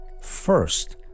First